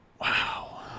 Wow